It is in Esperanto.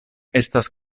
estas